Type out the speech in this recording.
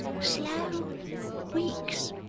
slow weeks